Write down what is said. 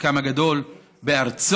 חלקם הגדול בארצו